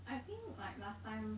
I think like last time